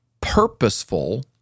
purposeful